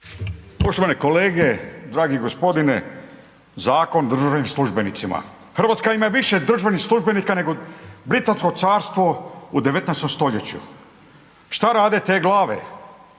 Poštovana kolege, dragi gospodine Zakon o državnim službenicima, Hrvatska ima više državnih službenika nego Britansko carstvo u 19. stoljeću. Šta rade te glave,